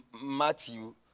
Matthew